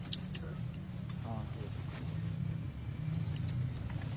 हां केह्